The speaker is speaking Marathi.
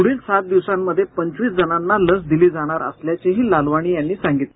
पुढील सात दिवसांमध्ये पंचवीस जणांना लस देणार असल्याचंही लालवाणी यांनी सांगितलं